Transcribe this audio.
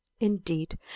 Indeed